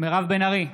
מירב בן ארי,